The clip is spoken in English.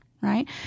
right